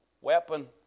weapon